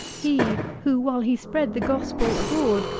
he, who, while he spread the gospel abroad,